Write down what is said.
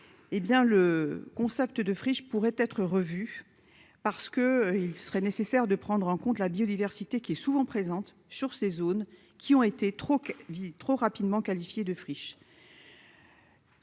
le concept de friches pourraient être revus parce que il serait nécessaire de prendre en compte la biodiversité qui est souvent présente sur ces zones qui ont été trop dit trop rapidement qualifié de friches.